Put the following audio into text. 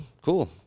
cool